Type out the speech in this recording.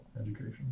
education